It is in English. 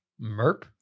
Merp